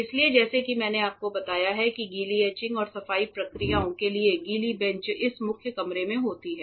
इसलिए जैसा कि मैंने आपको बताया है कि गीली एचिंग और सफाई प्रक्रियाओं के लिए गीली बेंच इस मुख्य कमरे में होती हैं